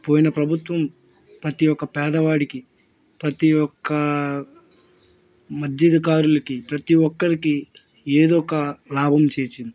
పోయిన ప్రభుత్వం ప్రతీ ఒక్క పేదవాడికి ప్రతీ ఒక్క మర్యాదకారులకి ప్రతీ ఒక్కరికి ఏదో ఒక లాభం చేసింది